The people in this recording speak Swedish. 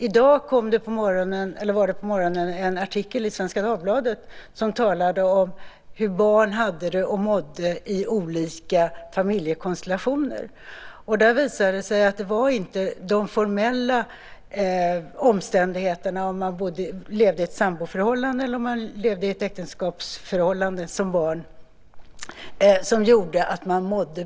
I Svenska Dagbladet i dag fanns det en artikel om hur barn hade det och mådde i olika familjekonstellationer. Det visade sig att det inte var de formella omständigheterna, om barnet levde i ett samboförhållande eller ett äktenskapsförhållande, som var det avgörande.